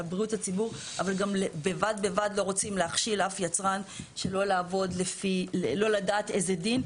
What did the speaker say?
אבל בד בבד לא רוצים להכשיל אף יצרן שלא לדעת איזה דין,